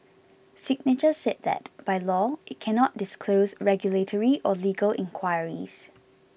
signature said that by law it cannot disclose regulatory or legal inquiries